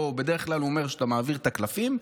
בדרך כלל הוא אומר שאתה מעביר את הקלפים.